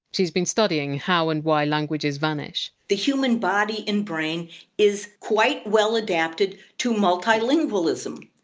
she has been studying how and why languages vanish the human body and brain is quite well adapted to multilingualism.